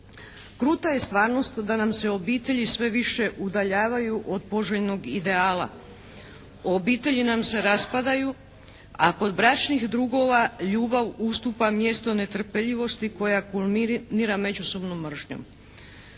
Kruta je stvarnost da nam se obitelji sve više udaljavaju od poželjnog ideala. Obitelji nam se raspadaju, a kod bračnih drugova ljubav ustupa mjesto netrpeljivosti koja kulminira međusobnom mržnjom.